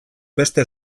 beste